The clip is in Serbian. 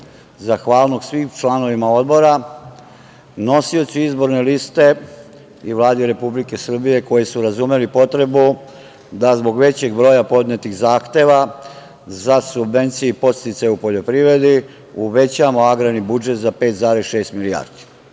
zahvalnost svim članovima Odbora, nosiocu izborne liste i Vladi Republike Srbije koji su razumeli potrebu da zbog većeg broja podnetih zahteva za subvencije i podsticaje u poljoprivredi uvećamo agrarni budžet za 5,6 milijardi.